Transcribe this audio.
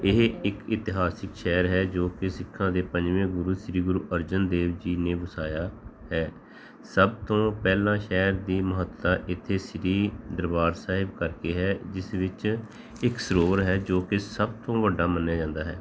ਇਹ ਇੱਕ ਇਤਿਹਾਸਿਕ ਸ਼ਹਿਰ ਹੈ ਜੋ ਕਿ ਸਿੱਖਾਂ ਦੇ ਪੰਜਵੇਂ ਗੁਰੂ ਸ਼੍ਰੀ ਗੁਰੂ ਅਰਜਨ ਦੇਵ ਜੀ ਨੇ ਵਸਾਇਆ ਹੈ ਸਭ ਤੋਂ ਪਹਿਲਾਂ ਸ਼ਹਿਰ ਦੀ ਮਹੱਤਤਾ ਇੱਥੇ ਸ਼੍ਰੀ ਦਰਬਾਰ ਸਾਹਿਬ ਕਰਕੇ ਹੈ ਜਿਸ ਵਿੱਚ ਇੱਕ ਸਰੋਵਰ ਹੈ ਜੋ ਕਿ ਸਭ ਤੋਂ ਵੱਡਾ ਮੰਨਿਆ ਜਾਂਦਾ ਹੈ